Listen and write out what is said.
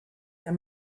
der